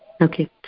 Okay